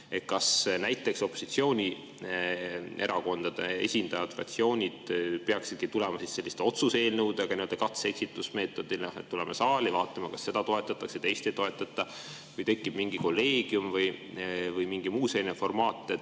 Kas näiteks opositsioonierakondade esindajad, fraktsioonid peaksidki tulema selliste otsuse eelnõudega nii-öelda katse- ja eksitusmeetodil, et tuleme saali ja vaatame, kas ühte toetatakse, teist ei toetata, või tekib mingi kolleegium või muu selline formaat?